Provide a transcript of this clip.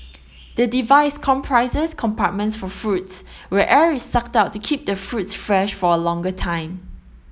the device comprises compartments for fruits where air is sucked out to keep the fruits fresh for a longer time